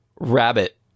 rabbit